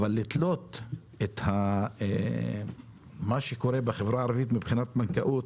אבל לתלות את מה שקורה בחברה הערבית מבחינת בנקאות